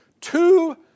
two